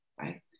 right